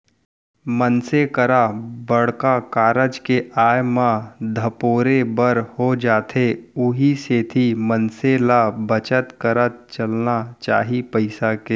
मनसे करा बड़का कारज के आय म धपोरे बर हो जाथे उहीं सेती मनसे ल बचत करत चलना चाही पइसा के